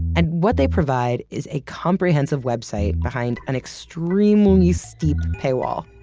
and what they provide is a comprehensive website behind an extremely so deep paywall.